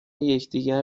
یکدیگر